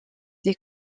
des